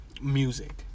music